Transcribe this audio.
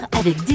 avec